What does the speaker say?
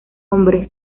hombre